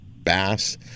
bass